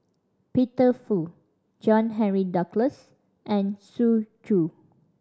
Peter Fu John Henry Duclos and Xu Zhu